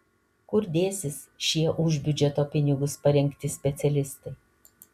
kur dėsis šie už biudžeto pinigus parengti specialistai